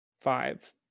Five